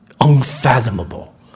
Unfathomable